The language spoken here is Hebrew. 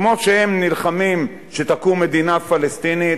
כמו שהם נלחמים שתקום מדינה פלסטינית,